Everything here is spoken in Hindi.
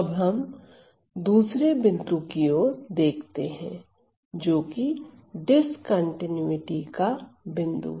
अब हम दूसरे बिंदु की ओर देखते हैं जोकि डिस्कंटीन्यूटी का बिंदु है